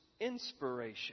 inspiration